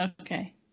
okay